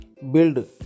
Build